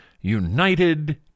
United